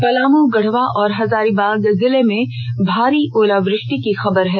पलामू गढ़वा और हजारीबाग जिले में भारी ओलावृष्टि की खबर है